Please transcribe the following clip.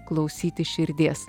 klausyti širdies